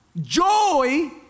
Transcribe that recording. Joy